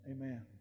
Amen